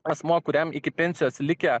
asmuo kuriam iki pensijos likę